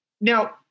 Now